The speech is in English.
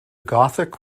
gothic